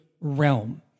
realm